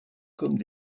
comme